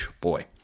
boy